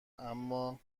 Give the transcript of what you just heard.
اما